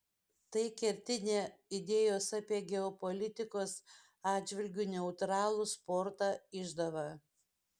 tai kertinė idėjos apie geopolitikos atžvilgiu neutralų sportą išdava